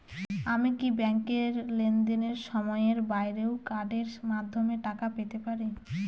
আমি কি ব্যাংকের লেনদেনের সময়ের বাইরেও কার্ডের মাধ্যমে টাকা পেতে পারি?